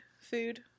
food